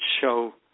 show